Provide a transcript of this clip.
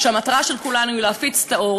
כשהמטרה של כולנו היא להפיץ את האור,